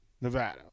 Nevada